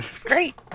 Great